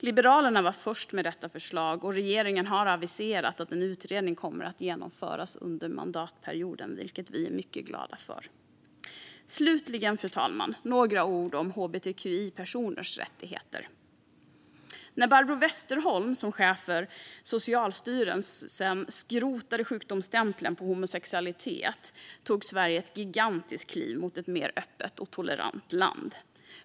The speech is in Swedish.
Liberalerna var först med detta förslag, och regeringen har aviserat att en utredning kommer att genomföras under mandatperioden, vilket vi är mycket glada för. Fru talman! Slutligen ska jag säga några ord om hbtqi-personers rättigheter. När Barbro Westerholm, som chef för Socialstyrelsen, skrotade sjukdomsstämpeln på homosexualitet tog Sverige ett gigantiskt kliv mot ett mer öppet och tolerant land.